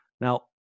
Now